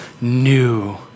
new